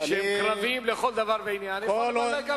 שהם קרביים לכל דבר ועניין, יכול אולי גם,